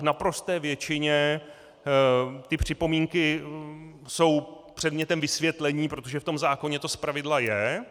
V naprosté většině ty připomínky jsou předmětem vysvětlení, protože v zákoně to zpravidla je.